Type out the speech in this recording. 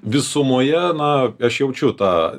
visumoje na aš jaučiu tą